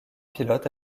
pilotes